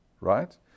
right